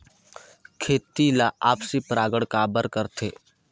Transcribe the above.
खेती ला आपसी परागण काबर करथे?